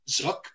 Zuck